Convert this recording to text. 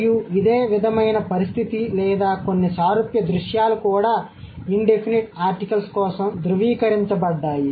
మరియు ఇదే విధమైన పరిస్థితి లేదా కొన్ని సారూప్య దృశ్యాలు కూడా ఇన్ డెఫినిట్ ఆర్టికల్స్ కోసం ధృవీకరించబడ్డాయి